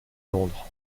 londres